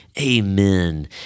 Amen